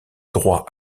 droit